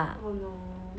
oh no